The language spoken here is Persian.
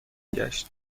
گشت